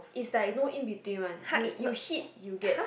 is like no in between one you you hit you get